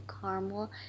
caramel